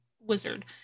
wizard